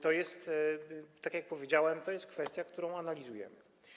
Tak jak powiedziałem, to jest kwestia, którą analizujemy.